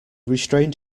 restrained